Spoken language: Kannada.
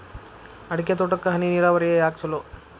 ಅಡಿಕೆ ತೋಟಕ್ಕ ಹನಿ ನೇರಾವರಿಯೇ ಯಾಕ ಛಲೋ?